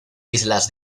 islas